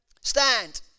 Stand